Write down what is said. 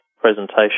presentation